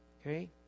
Okay